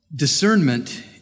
Discernment